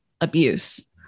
abuse